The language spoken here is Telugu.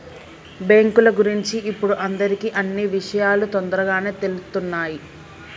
బ్యేంకుల గురించి ఇప్పుడు అందరికీ అన్నీ విషయాలూ తొందరగానే తెలుత్తున్నయ్